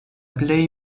plej